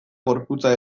gorputza